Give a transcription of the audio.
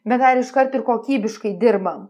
bet dar iškart ir kokybiškai dirbam